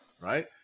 right